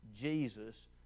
Jesus